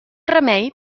remei